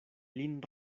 lin